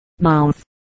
mouth